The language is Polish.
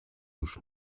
już